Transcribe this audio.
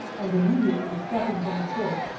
and immediately stepping from the porch,